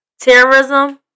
Terrorism